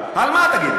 על מה?